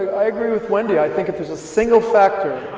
i agree with wendy. i think if there's a single factor.